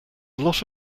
lot